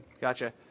Gotcha